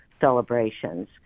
celebrations